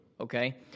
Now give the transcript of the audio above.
okay